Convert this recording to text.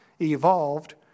evolved